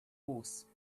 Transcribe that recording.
horse